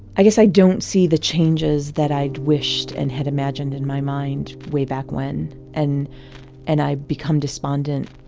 i guess i don't see the changes that i wished and had imagined in my mind. way back when and and i become despondent